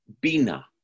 Bina